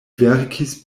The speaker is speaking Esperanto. verkis